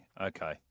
okay